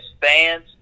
fans